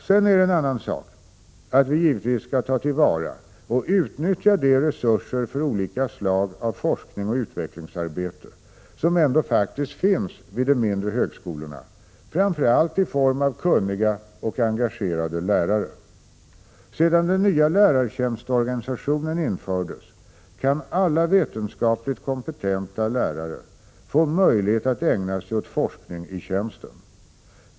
Sedan är det en annan sak att vi givetvis skall ta till vara och utnyttja de resurser för olika slag av forskning och utvecklingsarbete som ändå faktiskt finns vid de mindre högskolorna, framför allt i form av kunniga och engagerade lärare. Sedan den nya lärartjänstorganisationen infördes kan alla vetenskapligt kompetenta lärare få möjlighet att ägna sig åt forskning i tjänsten.